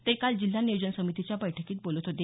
ते काल जिल्हा नियोजन समितीच्या बैठकीत बोलत होते